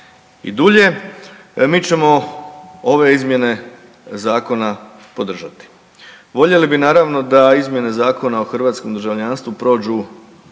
i dulje. Mi ćemo ove izmjene zakona podržati. Voljeli bi naravno da izmjene Zakona o hrvatskom državljanstvu prođu